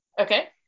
Okay